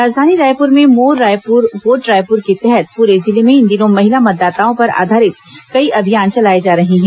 राजधानी रायपूर में मोर रायपूर वोट रायपूर के तहत पूरे जिले में इन दिनों महिला मतदाताओं पर आधारित कई अभियान चलाए जा रहे हैं